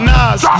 Nas